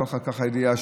לקחת ככה ידיעה,